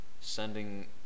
sending